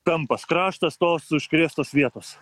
kampas kraštas tos užkrėstos vietos